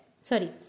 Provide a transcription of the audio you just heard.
Sorry